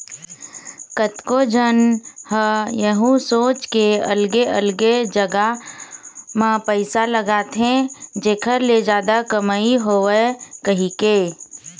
कतको झन ह यहूँ सोच के अलगे अलगे जगा म पइसा लगाथे जेखर ले जादा कमई होवय कहिके